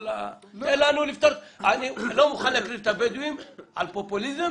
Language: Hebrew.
אני לא מוכן להקריב את הבדואים על פופוליזם